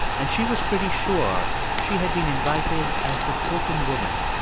and she was pretty sure she had been invited as the token woman,